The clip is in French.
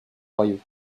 royaux